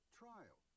trial